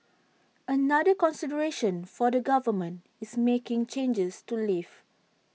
another consideration for the government is making changes to leave